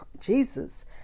jesus